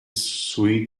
sweet